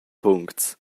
puncts